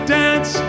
dance